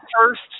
first